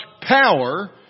power